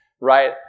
right